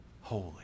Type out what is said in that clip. holy